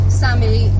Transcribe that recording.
sammy